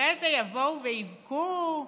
אחרי זה יבואו ויבכו: